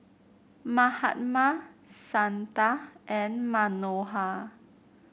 Mahatma Santha and Manohar